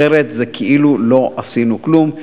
אחרת, זה כאילו לא עשינו כלום.